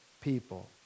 people